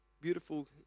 beautiful